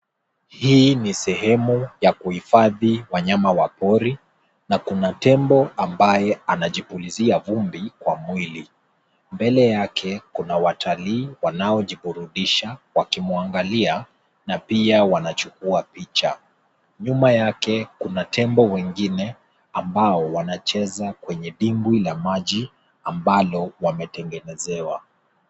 Hii ni sehemu ya kuhifadhi wanyama wa pori, na kuna tembo ambaye anajipulizia vumbi kwa mwili, mbele yake kuna watalii wanaojiburudisha wakimwangalia na pia wanachukuwa picha. Nyuma yake kuna tembo wengine ambao wanacheza kwenye dimbwi la maji ambalo wametengenezewa.